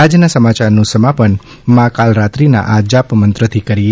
આજના સમાચારનું સમાપન મા કાલરાત્રિના આ જાપમંત્રથી કરીએ